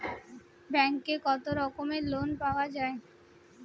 ব্যাঙ্কে কত রকমের লোন পাওয়া য়ায়?